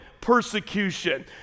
persecution